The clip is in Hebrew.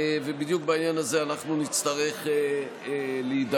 ובדיוק בעניין הזה אנחנו נצטרך להתדיין.